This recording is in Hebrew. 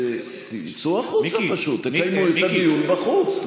צאו החוצה פשוט, תקיימו את הדיון בחוץ.